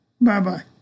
Bye-bye